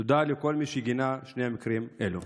תודה לכל מי שגינה את שני המקרים האלה.